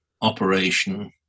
operation